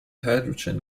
hydrogen